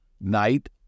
night